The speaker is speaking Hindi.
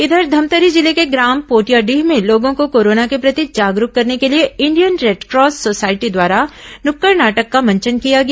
इधर धमतरी जिले के ग्राम पोटियाडीह में लोगों को कोरोना के प्रति जागरूक करने के लिए इंडियन रेडक्रॉस सोसायटी द्वारा नुक्कड नाटक का मंचन किया गया